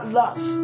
love